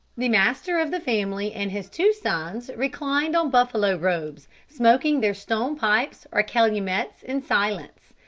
the master of the family and his two sons reclined on buffalo robes, smoking their stone pipes or calumets in silence.